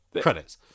credits